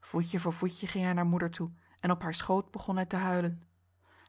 voor voetje ging hij naar moeder toe en op haar schoot begon hij te huilen